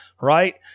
Right